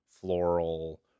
floral